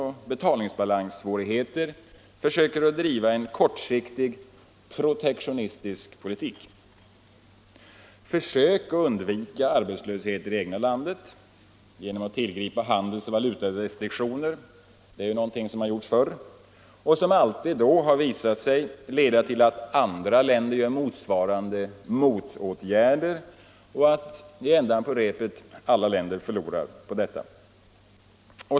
och betalningsbalanssvårigheter försöker driva en kortsiktig, protektionistisk politik. Försök att undvika arbetslöshet i det egna landet genom att tillgripa handelsoch valutarestriktioner har gjorts förr, och har alltid visat sig leda till att andra länder vidtar motsvarande motåtgärder och till att, i änden på repet, alla länder förlorar på detta.